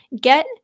get